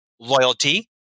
loyalty